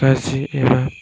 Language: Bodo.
गाज्रि एबा